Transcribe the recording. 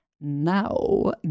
Now